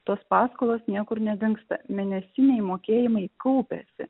tos paskolos niekur nedingsta mėnesiniai mokėjimai kaupiasi